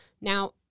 Now